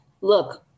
look